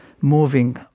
moving